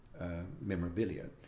memorabilia